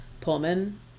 Pullman